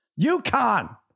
UConn